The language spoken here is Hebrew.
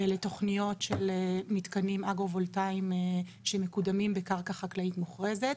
לתכניות של מתקנים אגרו וולטאיים שמקודמים בקרקע חקלאית מוכרזת.